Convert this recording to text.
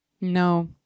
No